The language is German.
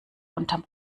unterm